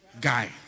guy